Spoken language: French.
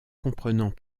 comprenant